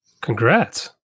congrats